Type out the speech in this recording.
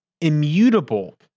immutable